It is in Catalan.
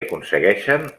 aconsegueixen